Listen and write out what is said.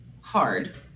hard